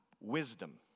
wisdom